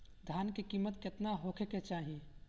धान के किमत केतना होखे चाही?